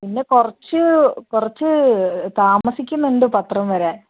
പിന്നെ കുറച്ച് കുറച്ച് താമസിക്കുന്നുണ്ട് പത്രം വരാൻ